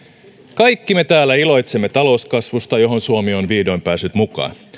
kaikki me täällä iloitsemme talouskasvusta johon suomi on vihdoin päässyt mukaan